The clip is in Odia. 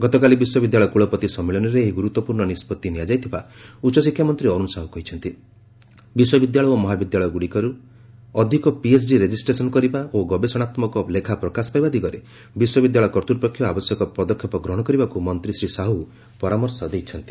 ଗତକାଲି ବିଶ୍ୱବିଦ୍ୟାଳୟ କୂଳପତି ସମ୍ମିଳନୀରେ ଏହି ଗୁରୁତ୍ୱପୂର୍ଶ୍ଣ ନିଷ୍ବଉି ନିଆଯାଇଥିବା ଉଚ୍ଚଶିକ୍ଷାମନ୍ତୀ ଅରୁଣ ମହାବିଦ୍ୟାଳୟଗୁଡ଼ିକରେ ଅଧିକରୁ ଅଧିକ ପିଏଚ୍ଡି ରେଜିଷ୍ଟ୍ରେସନ୍ କରିବା ଓ ଗବେଷଣାତ୍ମକ ଲେଖା ପ୍ରକାଶ ପାଇବା ଦିଗରେ ବିଶ୍ୱବିଦ୍ୟାଳୟ କର୍ଭୃପକ୍ଷ ଆବଶ୍ୟକ ପଦକ୍ଷେପ ଗ୍ରହଣ କରିବାକୁ ମନ୍ତୀ ଶ୍ରୀ ସାହୁ ପରାମର୍ଶ ଦେଇଛନ୍ତି